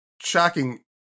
shocking